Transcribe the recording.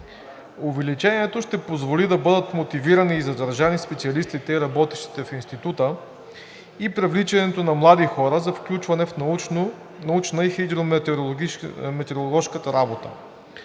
Увеличението ще позволи да бъдат мотивирани и задържани специалистите и работещите в Института и привличането на млади хора за включване в научната и хидрометеороложката работа.